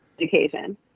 education